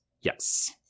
Yes